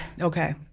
Okay